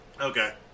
Okay